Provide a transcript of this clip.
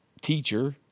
teacher